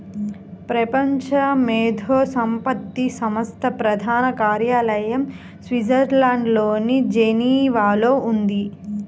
ప్రపంచ మేధో సంపత్తి సంస్థ ప్రధాన కార్యాలయం స్విట్జర్లాండ్లోని జెనీవాలో ఉంది